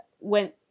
went